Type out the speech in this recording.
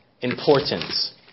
importance